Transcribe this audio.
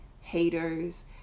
haters